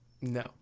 No